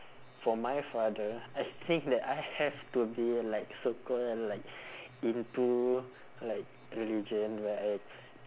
for my father I think that I have to be like so called and like into like religion where I